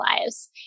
lives